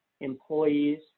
employees